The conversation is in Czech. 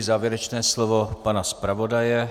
Závěrečné slovo pana zpravodaje.